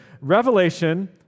revelation